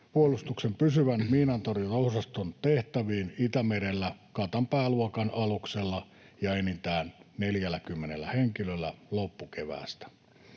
puolustuksen pysyvän miinantorjuntaosaston tehtäviin Itämerellä Katanpää-luokan aluksella ja enintään 40 henkilöllä loppukeväästä.